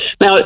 Now